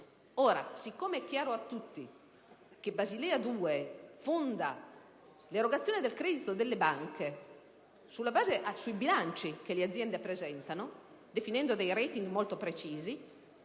Siccome è chiaro a tutti che Basilea 2 fonda l'erogazione del credito delle banche sulla base dei bilanci che le aziende presentano, definendo dei *rating* molto precisi,